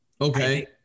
Okay